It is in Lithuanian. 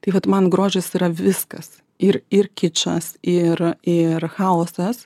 tai vat man grožis yra viskas ir ir kičas ir ir chaosas